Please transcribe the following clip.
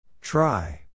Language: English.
try